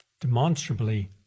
demonstrably